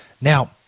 Now